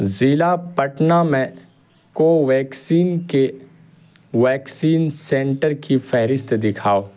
ضلع پٹنہ میں کوویکسین کے ویکسین سنٹر کی فہرست دکھاؤ